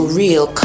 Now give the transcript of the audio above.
real